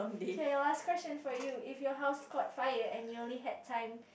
okay last question for you if your house caught fire and you only had time